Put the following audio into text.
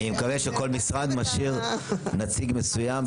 אני מקווה שכל משרד משאיר נציג מסוים.